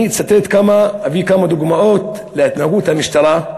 אני אביא כמה דוגמאות להתנהגות המשטרה.